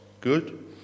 good